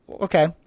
okay